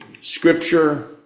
scripture